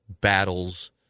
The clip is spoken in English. battles